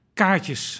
kaartjes